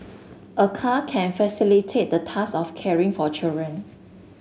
a car can facilitate the task of caring for children